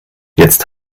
jetzt